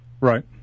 Right